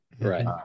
Right